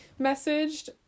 messaged